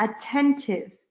attentive